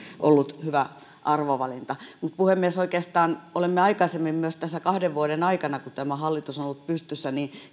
ollut hyvä arvovalinta mutta puhemies oikeastaan olemme aikaisemmin myös tässä kahden vuoden aikana kun tämä hallitus on ollut pystyssä